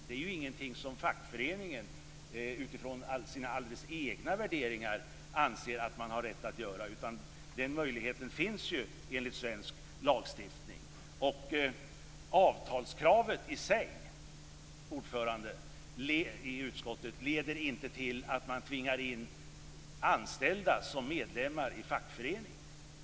Det är inte någonting som fackföreningen utifrån sina alldeles egna värderingar anser att man har rätt att göra, utan den möjligheten finns ju enligt svensk lagstiftning. Avtalskravet i sig, ordföranden i utskottet, leder inte till att man tvingar in anställda som medlemmar i fackförening.